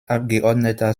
abgeordneter